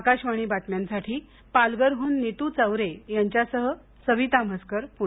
आकाशवाणी बातम्यांसाठी पालघरहून नीतू चवरे यांच्यासह सविता म्हसकर पुणे